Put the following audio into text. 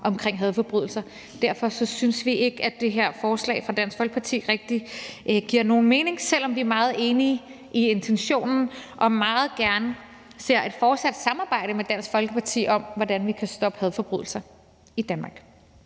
om hadforbrydelser. Derfor synes vi ikke, at det her forslag fra Dansk Folkeparti rigtig giver nogen mening, selv om vi er meget enige i intentionen og meget gerne ser et fortsat samarbejde med Dansk Folkeparti om, hvordan vi kan stoppe hadforbrydelser i Danmark.